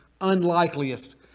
unlikeliest